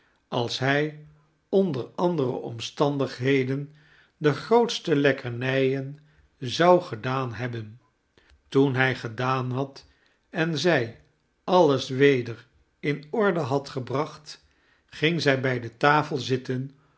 als hij onder andere omstandigheden de grootste lekkernijen zou gedaan hebben toen hij gedaan had en zij alles weder in orde had gebracht ging zij bij de tafel zitten